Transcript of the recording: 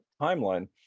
timeline